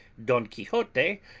don quixote,